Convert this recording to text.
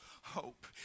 hope